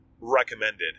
recommended